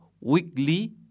weekly